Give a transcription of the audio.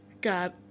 God